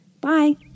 Bye